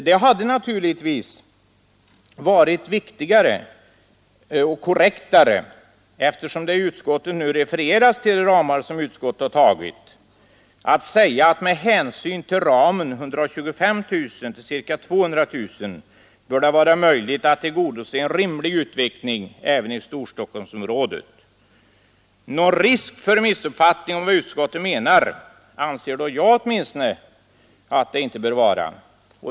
Det hade naturligtvis varit korrektare, eftersom utskottet nu refererar till de ramar som utskottet har tagit, att säga att med hänsyn till ramen 125 000 — ca 200 000 bör det vara möjligt att tillgodose en rimlig utveckling även i Storstockholmsområdet. Någon risk för missuppfattning om vad utskottet menar anser åtminstone jag att det inte bör vara.